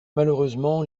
malheureusement